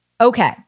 Okay